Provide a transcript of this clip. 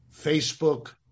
Facebook